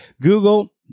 Google